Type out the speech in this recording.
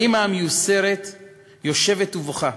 האימא המיוסרת יושבת ובוכה.